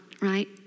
right